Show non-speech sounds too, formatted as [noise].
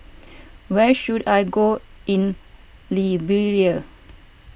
[noise] where should I go in Liberia